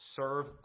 serve